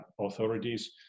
authorities